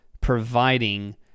providing